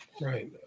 Right